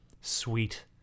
sweet